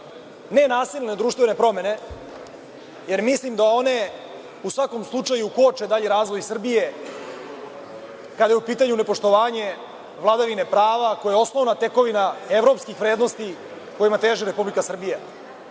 nenasilne društvene promene, jer mislim da one u svakom slučaju koče dalji razvoj Srbije kada je u pitanju nepoštovanje vladavine prava koja je osnovna tekovina evropskih vrednosti kojima teži Republika